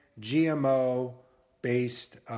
GMO-based